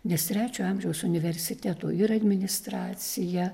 nes trečio amžiaus universiteto ir administracija